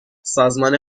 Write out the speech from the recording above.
سازمان